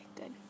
good